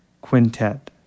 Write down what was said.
Quintet